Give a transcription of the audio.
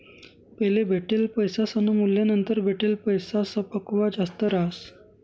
पैले भेटेल पैसासनं मूल्य नंतर भेटेल पैसासपक्सा जास्त रहास